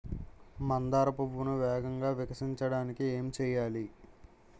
మందార పువ్వును వేగంగా వికసించడానికి ఏం చేయాలి?